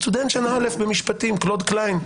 סטודנט שנה א' במשפטים, קלוד קליין,